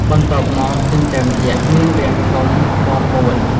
បន្ទាប់មក ចិញ្ចើមយក្ស មានរាងធំ មាំមួន។